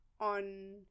on